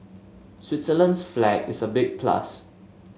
Switzerland's flag is a big plus